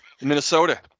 Minnesota